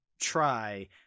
try